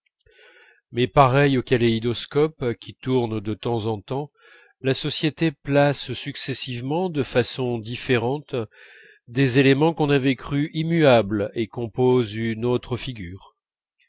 mais pareille aux kaléidoscopes qui tournent de temps en temps la société place successivement de façon différente des éléments qu'on avait cru immuables et compose une autre figure